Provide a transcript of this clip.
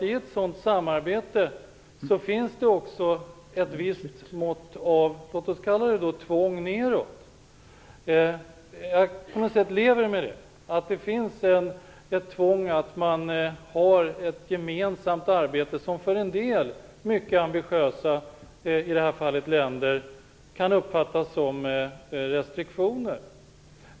I ett sådant samarbete finns också ett visst mått av, låt oss kalla det tvång neråt. Jag lever med det. Det finns ett tvång om ett gemensamt arbete som för en del, mycket ambitiösa länder, kan uppfattas som restriktioner.